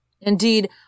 Indeed